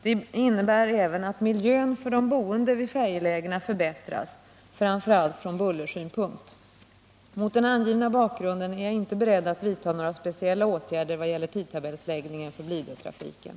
Det innebär även att miljön för de boende vid färjelägena förbättras framför allt från bullersynpunkt. Mot den angivna bakgrunden är jag inte beredd att vidta några speciella åtgärder vad gäller tidtabellsläggningen för Blidötrafiken.